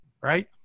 right